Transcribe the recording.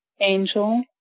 Angel